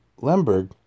Lemberg